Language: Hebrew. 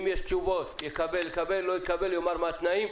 אם יש תשובות יקבל, לא יקבל, יאמר מה התנאים.